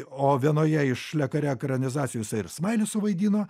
o vienoje iš le kare ekranizacijų jisai ir smailį suvaidino